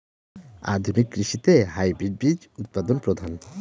আধুনিক কৃষিতে হাইব্রিড বীজ উৎপাদন প্রধান